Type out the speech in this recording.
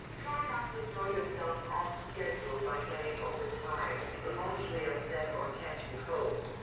try not to throw yourself off schedule by getting overtired, emotionally upset or catching cold.